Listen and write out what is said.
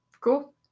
cool